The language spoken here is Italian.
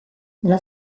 nella